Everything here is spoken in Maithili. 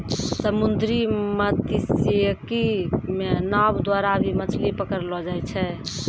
समुन्द्री मत्स्यिकी मे नाँव द्वारा भी मछली पकड़लो जाय छै